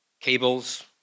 cables